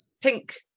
pink